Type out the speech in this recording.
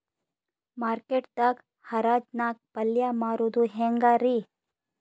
Market ದಾಗ್ ಹರಾಜ್ ನಾಗ್ ಪಲ್ಯ ಮಾರುದು ಹ್ಯಾಂಗ್ ರಿ?